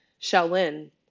Shaolin